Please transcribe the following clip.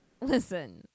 Listen